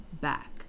back